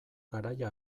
garaia